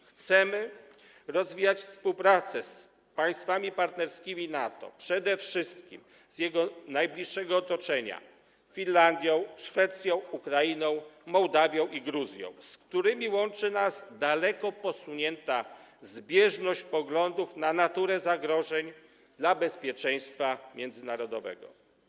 Chcemy rozwijać współpracę z państwami partnerskimi NATO, przede wszystkim z jego najbliższego otoczenia: Finlandią, Szwecją, Ukrainą, Mołdawią i Gruzją, z którymi łączy nas daleko posunięta zbieżność poglądów na naturę zagrożeń dla bezpieczeństwa międzynarodowego.